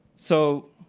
so